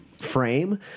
frame